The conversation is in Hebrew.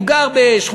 הוא גר בשכונת-התקווה,